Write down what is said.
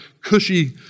cushy